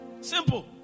Simple